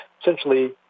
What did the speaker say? essentially